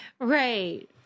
Right